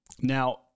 now